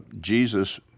Jesus